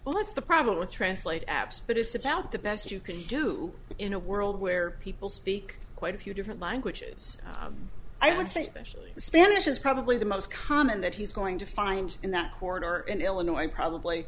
well that's the problem with translate apps but it's about the best you can do in a world where people speak quite a few different languages i would say specially spanish is probably the most common that he's going to find in that corridor in illinois probably